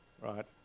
right